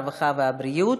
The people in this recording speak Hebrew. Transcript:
הרווחה והבריאות.